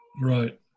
Right